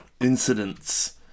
incidents